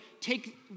take